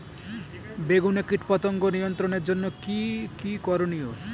বেগুনে কীটপতঙ্গ নিয়ন্ত্রণের জন্য কি কী করনীয়?